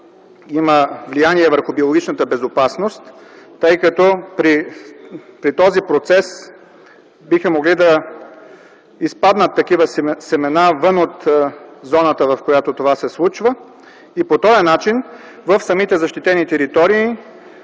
има влияние върху биологичната безопасност, тъй като при този процес биха могли да изпаднат такива семена вън от зоната, в която това се случва, и по този начин в самите защитени територии